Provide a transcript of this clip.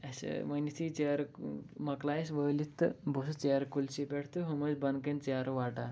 اَسہِ ؤنۍ یُتھٕے ژیرٕ مۄکلاے اَسہِ وٲلِتھ تہٕ بہٕ چھُس ژیرٕ کُلسٕے پٮ۪ٹھ تہٕ ہُم ٲسۍ بۄنہٕ کَنۍ ژیرٕ وَٹان